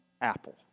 apple